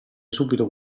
subito